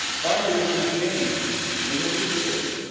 finally there was a change in the leadership,